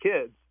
kids